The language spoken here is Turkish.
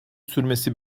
sürmesi